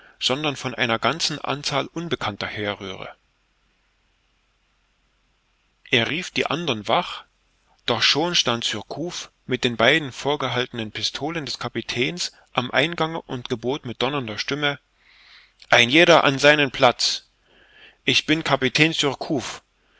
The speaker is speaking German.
sondern von einer ganzen anzahl unbekannter herrühre er rief die andern wach doch schon stand surcouf mit den beiden vorgehaltenen pistolen des kapitäns am eingange und gebot mit donnernder stimme ein jeder an seinen platz ich bin kapitän